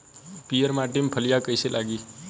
पीयर माटी में फलियां कइसे लागी?